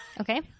Okay